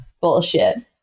bullshit